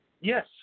Yes